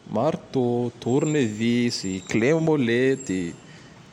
Martô, tornevizy, klemôlety,